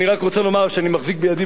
אני רק רוצה לומר שאני מחזיק בידי,